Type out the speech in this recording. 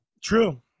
True